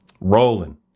Rolling